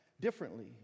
differently